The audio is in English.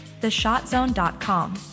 theshotzone.com